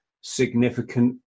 significant